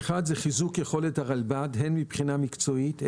ראשית חיזוק יכולת הרלב"ד הן מבחינה מקצועית,